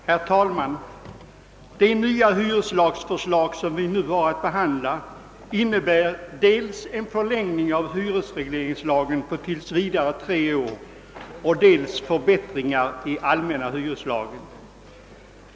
Herr talman! Det nya hyreslagförslag som vi nu har att behandla innebär dels en förlängning av hyresregleringslagen på tills vidare tre år, dels förbättringar i den allmänna hyreslagen.